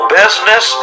business